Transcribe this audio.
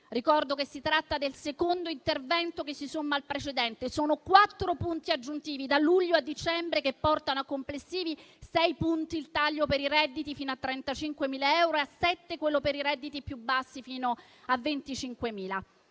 Ricordo che si tratta del secondo intervento che si somma al precedente: sono quattro punti aggiuntivi, da luglio a dicembre, che portano a complessivi sei punti il taglio per i redditi fino a 35.000 e a sette quello per i redditi più bassi, fino a 25.000 euro.